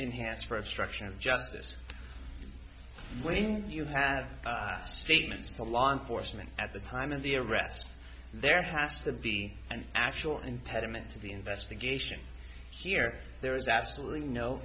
enhanced for obstruction of justice when you have statements to law enforcement at the time of the arrest there has to be an actual impediment to the investigation here there is absolutely no